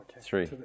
three